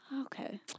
Okay